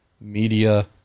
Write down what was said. media